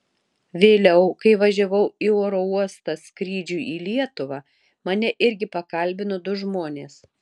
vėliau kai važiavau į oro uostą skrydžiui į lietuvą mane irgi pakalbino du žmonės